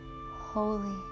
holy